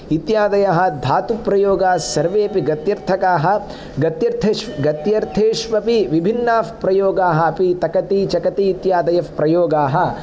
इत्यादयः धातुप्रयोगास्सर्वेऽपि गत्यर्थकाः गत्यर्त्थेषु गत्यर्थेष्वपि विभिन्नाः प्रयोगाः अपि तकति चकति इत्यादयः प्रयोगाः